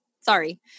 Sorry